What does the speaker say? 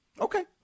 Okay